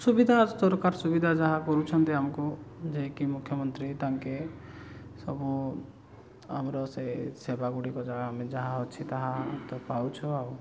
ସୁବିଧା ସରକାର ସୁବିଧା ଯାହା କରୁଛନ୍ତି ଆମକୁ ଯେ କି ମୁଖ୍ୟମନ୍ତ୍ରୀ ତାଙ୍କେ ସବୁ ଆମର ସେ ସେବା ଗୁଡ଼ିକ ଯାହା ଆମେ ଯାହା ଅଛି ତାହା ତ ପାଉଛୁ ଆଉ